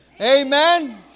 Amen